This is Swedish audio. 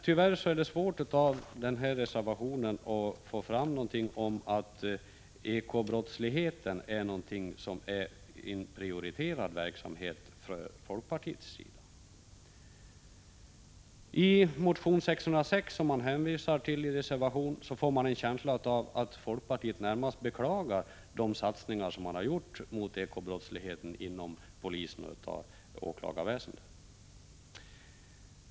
Tyvärr är det svårt att av reservationens motivering läsa ut att ekobrottsbekämpning är någon prioriterad fråga för folkpartiet. Av motion Ju606, som man hänvisar till i reservationen, får man en känsla av att folkpartiet närmast beklagar de satsningar som gjorts mot ekobrottsligheten inom polisen och åklagarväsendet.